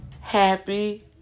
Happy